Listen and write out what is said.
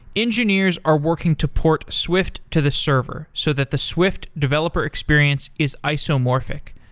engineers are working to port swift to the server so that the swift developer experience is isomorphic,